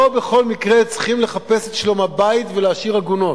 לא בכל מקרה צריכים לחפש את שלום הבית ולהשאיר עגונות,